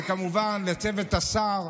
וכמובן לצוות השר,